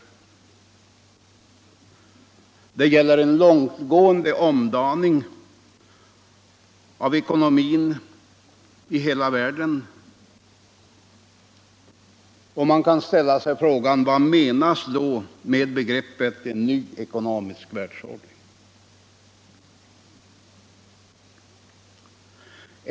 Det gäller en långtgående omdaning av ekonomin i hela världen, och man kan ställa sig frågan: Vad menas då med begreppet en ny ckonomisk världsordning?